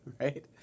right